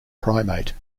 primate